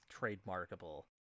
trademarkable